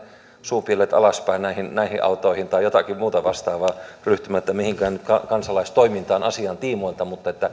suupielet alaspäin näihin näihin autoihin tai jotakin muuta vastaavaa ryhtymättä nyt mihinkään kansalaistoimintaan asian tiimoilta mutta